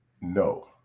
No